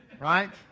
right